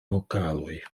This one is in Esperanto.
vokaloj